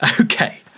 Okay